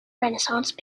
renaissance